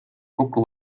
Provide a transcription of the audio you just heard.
kokku